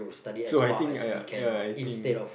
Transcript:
so I think ya ya ya I think